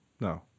No